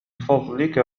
فضلك